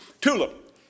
Tulip